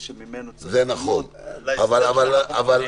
שממנו צריכים ללמוד להסדר שאנחנו מגבשים.